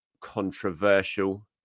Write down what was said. controversial